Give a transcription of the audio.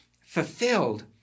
fulfilled